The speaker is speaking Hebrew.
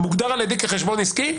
מוגדר על ידי כחשבון עסקי,